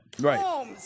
Right